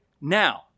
now